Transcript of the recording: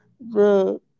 bro